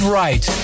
right